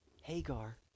Hagar